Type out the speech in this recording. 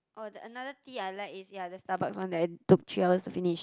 oh the another tea I like is ya the Starbucks one that I took three hours to finish